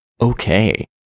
Okay